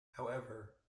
however